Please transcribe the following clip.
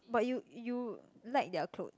but you you like their clothes